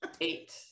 Eight